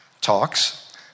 talks